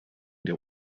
der